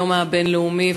היום הבין-לאומי.